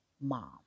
mom